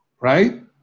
right